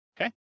Okay